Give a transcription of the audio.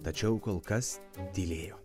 tačiau kol kas tylėjo